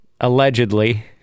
allegedly